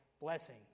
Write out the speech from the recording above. blessing